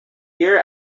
year